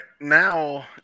Now